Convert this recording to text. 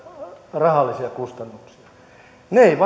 rahallisia kustannuksia eivät